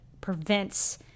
prevents